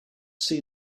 see